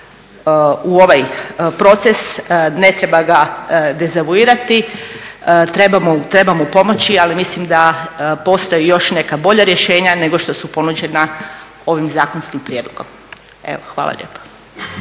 u ovaj proces, ne treba ga …, trebamo pomoći, ali mislim da postoje još neka bolja rješenja, nego što su ponuđena ovim zakonskim prijedlogom. Evo,